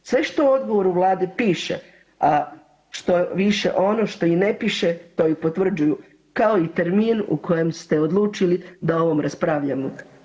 Sve što u odgovoru Vladi piše a štoviše ono što i ne piše to i potvrđuju, kao i termin u kojem ste odlučili da o ovom raspravljamo.